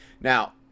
Now